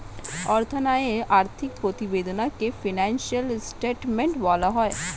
অর্থায়নে আর্থিক প্রতিবেদনকে ফিনান্সিয়াল স্টেটমেন্ট বলা হয়